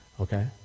okay